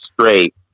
straight